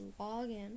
login